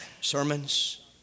sermons